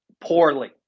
poorly